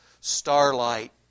starlight